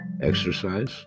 exercise